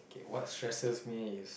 what stresses me is